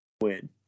Win